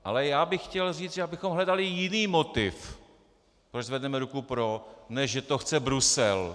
Ale já bych chtěl říct, abychom hledali jiný motiv, proč zvedneme ruku pro, ne že to chce Brusel.